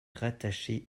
rattachée